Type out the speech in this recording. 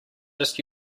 just